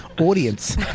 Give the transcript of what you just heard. Audience